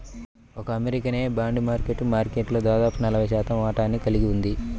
ఒక్క అమెరికానే bond market మార్కెట్లో దాదాపు నలభై శాతం వాటాని కలిగి ఉంది